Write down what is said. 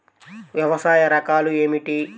వ్యవసాయ రకాలు ఏమిటి?